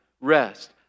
rest